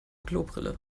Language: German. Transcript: klobrille